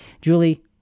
Julie